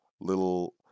little